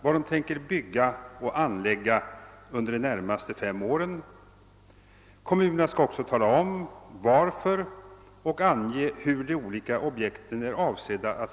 Han talar där om nödvändigheten av att samhällets olika organ tar ömsesidig hänsyn till varandra i sina planer och intentioner.